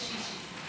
באיזה גיל הקשיש הזה?